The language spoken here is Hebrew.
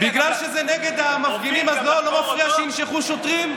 בגלל שזה נגד המפגינים אז לא מפריע שינשכו שוטרים,